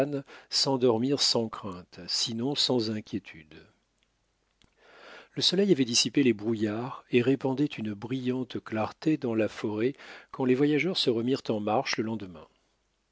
duncan s'endormirent sans crainte sinon sans inquiétude le soleil avait dissipé les brouillards et répandait une brillante clarté dans la forêt quand les voyageurs se remirent en marche le lendemain